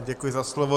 Děkuji za slovo.